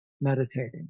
meditating